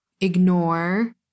ignore